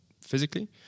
physically